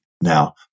Now